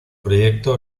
proyecto